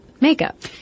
makeup